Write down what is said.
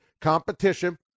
competition